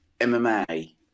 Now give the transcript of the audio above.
MMA